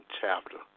chapter